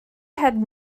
had